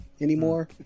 anymore